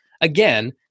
Again